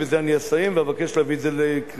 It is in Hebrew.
ובזה אני אסיים ואבקש להביא את זה לקריאה.